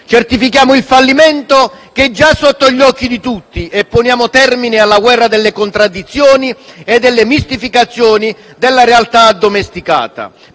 Certifichiamo il fallimento, che è già sotto gli occhi di tutti, e poniamo termine alla guerra delle contraddizioni e delle mistificazioni della realtà addomesticata,